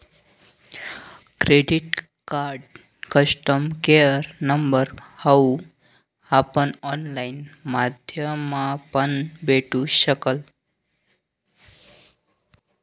credit card customer care number हाऊ आपण online माध्यमापण भेटू शकस